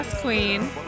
Queen